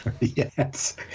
Yes